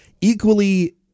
equally